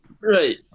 Right